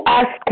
ask